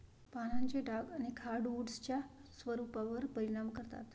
पानांचे डाग अनेक हार्डवुड्सच्या स्वरूपावर परिणाम करतात